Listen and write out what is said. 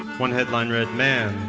one headline read, man,